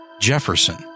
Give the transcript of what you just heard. Jefferson